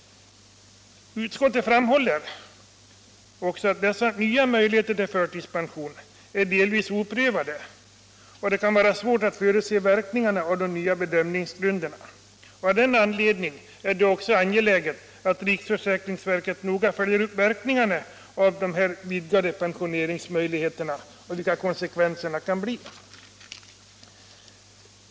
Utskottet framhåller också att dessa möjligheter till förtidspension delvis är oprövade och att det därför kan vara svårt att förutse verkningarna av de nya bedömningsgrunderna. Av den anledningen är det angeläget att riksförsäkringsverket noga följer upp verkningarna av de vidgade pensioneringsmöjligheterna och undersöker vilka konsekvenser de kan få.